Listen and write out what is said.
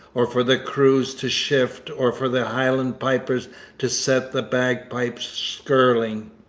or for the crews to shift, or for the highland piper to set the bagpipes skirling.